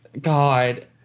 God